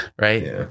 right